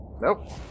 Nope